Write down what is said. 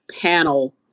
panel